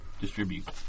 distribute